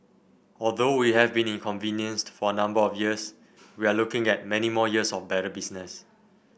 although we have been inconvenienced for a number of years we are looking at many more years of better business